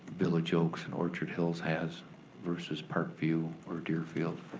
village oaks and orchard hills has versus parkview or deerfield.